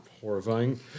horrifying